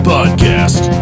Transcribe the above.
Podcast